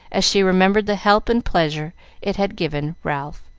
as she remembered the help and pleasure it had given ralph.